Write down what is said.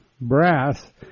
brass